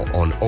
on